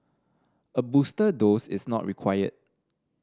a booster dose is not required